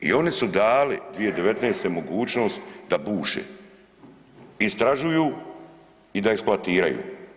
I oni su dali 2019. mogućnost da buše, istražuju i da eksploatiraju.